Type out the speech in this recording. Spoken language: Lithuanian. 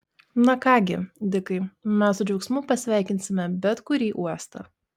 na ką gi dikai mes su džiaugsmu pasveikinsime bet kurį uostą